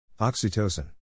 Oxytocin